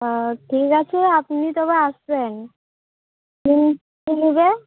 ও ঠিক আছে আপনি তবে আসবেন কী কী নেবে